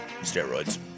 Steroids